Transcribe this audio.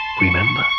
Remember